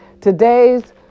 today's